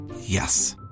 Yes